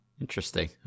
Interesting